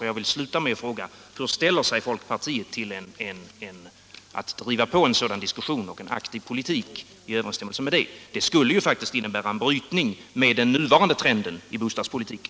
Jag vill sluta med att fråga: Hur ställer sig folkpartiet till att driva på en sådan diskussion och till en aktiv politik i överensstämmelse med detta? Det skulle faktiskt innebära en brytning med den nuvarande trenden i bostadspolitiken.